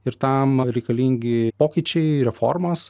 ir tam reikalingi pokyčiai reformos